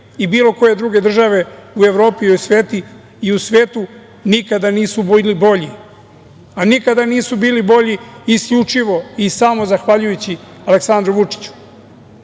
i bilo koje druge države u Evropi i u svetu nikada nisu bili bolji, a nikada nisu bili bolji isključivo i samo zahvaljujući Aleksandru Vučiću. Dok